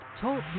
Talk